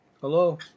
hello